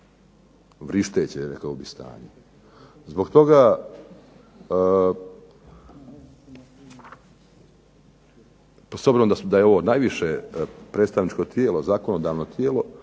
vrišteće, rekao bih, stanje. Zbog toga, s obzirom da je ovo najviše predstavničko tijelo, zakonodavno tijelo,